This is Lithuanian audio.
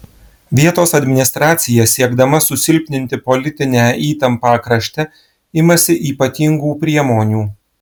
vietos administracija siekdama susilpninti politinę įtampą krašte imasi ypatingų priemonių